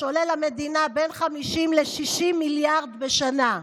עולה למדינה בין 50 ל-60 מיליארד בשנה.